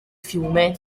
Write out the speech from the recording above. fiume